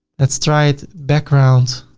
let's try it. backgrounds,